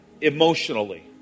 emotionally